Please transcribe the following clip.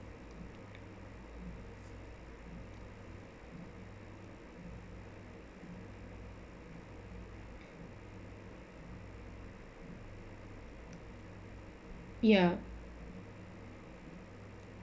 ya